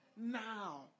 now